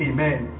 Amen